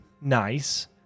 nice